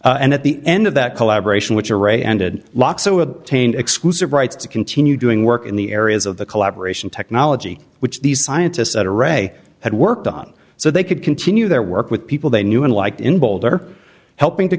and at the end of that collaboration which are a ended lock so obtained exclusive rights to continue doing work in the areas of the collaboration technology which these scientists at are a had worked on so they could continue their work with people they knew and liked in boulder helping to